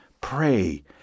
Pray